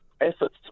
Efforts